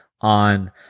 on